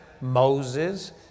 Moses